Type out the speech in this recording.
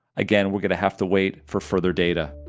again, we're gonna have to wait for further data.